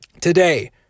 today